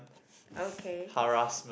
okay